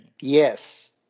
Yes